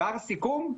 כבר סיכום?